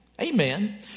Amen